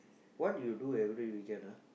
what you do every weekend ah